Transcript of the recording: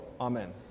Amen